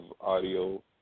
audio